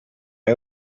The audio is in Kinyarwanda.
y’u